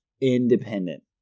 independent